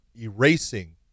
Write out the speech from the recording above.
erasing